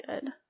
good